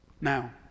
Now